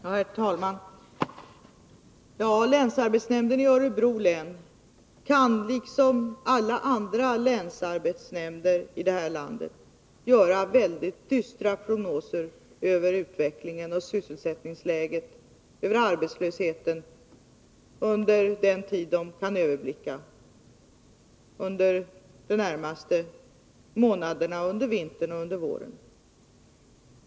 Herr talman! Ja, länsarbetsnämnden i Örebro län kan liksom alla andra länsarbetsnämnder i det här landet göra väldigt dystra prognoser över utvecklingen, sysselsättningsläget och arbetslösheten under den tid de kan överblicka, dvs. under de närmaste månaderna, under vintern och våren.